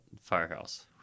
Firehouse